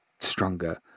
stronger